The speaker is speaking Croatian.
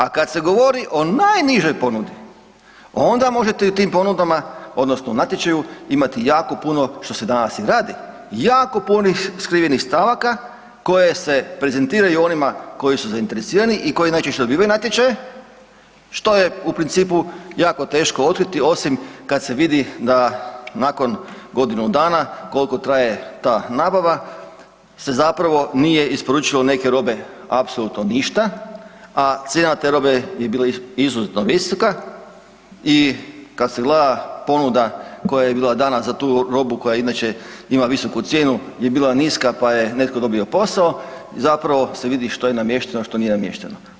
A kad se govori o najnižoj ponudi onda možete i u tim ponudama odnosno natječaju imati jako puno, što se danas i radi, jako puno skrivenih stavaka koje se prezentiraju onima koji su zainteresirani i koji najčešće dobivaju natječaje što je u principu jako teško otkriti osim kad se vidi da nakon godinu dana koliko traje ta nabave se zapravo nije isporučilo neke robe apsolutno ništa, a cijena te robe je bila izuzetno visoka i kad se gleda ponuda koja je bila dana za tu robu koja inače ima visoku cijenu je bila niska pa je netko dobio posao i zapravo se vidi što je namješteno, a što nije namješteno.